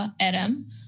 Adam